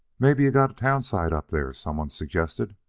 mebbe you got a town site up there, some one suggested.